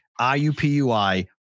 IUPUI